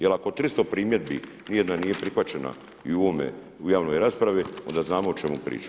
Jer ako 300 primjedbi, nijedna nije prihvaćena i u ovome i u javnoj raspravi, onda znamo o čemu pričamo.